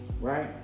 right